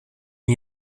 n’y